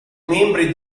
membri